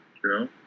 True